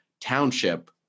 Township